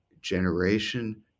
generation